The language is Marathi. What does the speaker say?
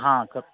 हा क